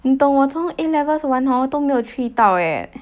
你懂我从 A levels 完 hor 都没有去到 eh